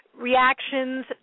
reactions